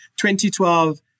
2012